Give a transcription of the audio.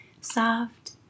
soft